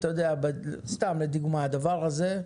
סתם, לדוגמה הדבר הזה,